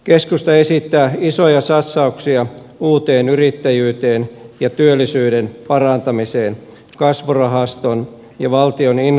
keskusta esittää isoja satsauksia uuteen yrittäjyyteen ja työllisyyden parantamiseen kasvurahaston ja valtion infra oyn kautta